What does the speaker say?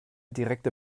direkte